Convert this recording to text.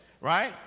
right